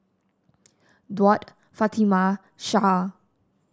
Daud Fatimah Shah